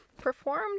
performed